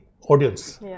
audience